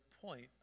point